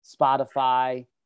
Spotify